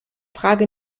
frage